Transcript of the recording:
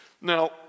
Now